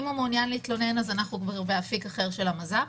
אם הוא מעוניין להתלונן אז אנחנו כבר באפיק אחר של המז"פ.